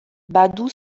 badu